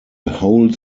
whole